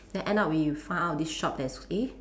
then end up we found out this shop that's eh